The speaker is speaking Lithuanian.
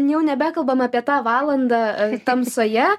jau nebekalbam apie tą valandą tamsoje